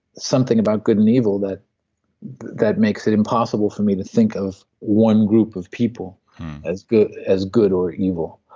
something about good and evil that that makes it impossible for me to think of one group of people as good as good or evil.